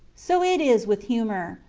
so it is with humor.